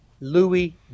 Louis